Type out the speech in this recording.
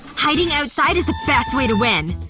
hiding outside is the best way to win